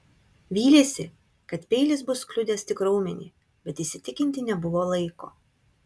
vylėsi kad peilis bus kliudęs tik raumenį bet įsitikinti nebuvo laiko